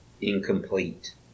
incomplete